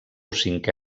cinquè